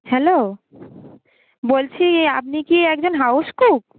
hello বলছি আপনি কি একজন হাউস কুক